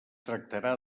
tractarà